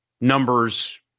numbers